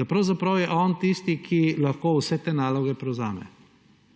da pravzaprav je on tisti, ki lahko vse te naloge prevzame.